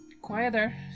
quieter